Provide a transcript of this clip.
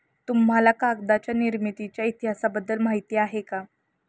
तुम्हाला कागदाच्या निर्मितीच्या इतिहासाबद्दल माहिती आहे का?